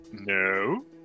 No